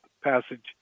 passage